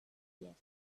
yet